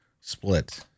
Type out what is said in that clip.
Split